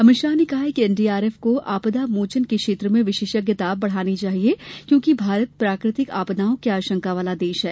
अमित शाह ने कहा कि एनडीआरएफ को आपदा मोचन के क्षेत्र में विशेषज्ञता बढ़ानी चाहिए क्योंकि भारत प्राकृतिक आपदाओं की आशंका वाला देश है